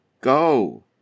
GO